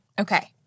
Okay